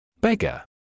Beggar